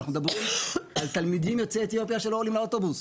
אנחנו מדברים על תלמידים יוצאי אתיופיה שלא עולים לאוטובוס